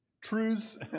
Truths